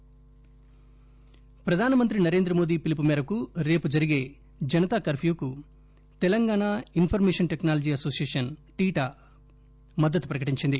hackathon ప్రధాన మంత్రి నరేంద్ర మోదీ పిలుపు మేరకు రేపు జరిగే జనతా కర్ప్యూ కు Telangana information technology association TITA ప్రకటించింది